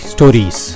Stories